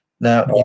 Now